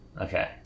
Okay